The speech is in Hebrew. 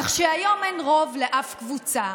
כך שהיום אין רוב לאף קבוצה.